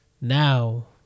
now